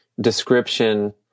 description